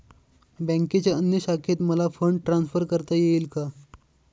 बँकेच्या अन्य शाखेत मला फंड ट्रान्सफर करता येईल का?